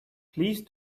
please